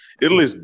Italy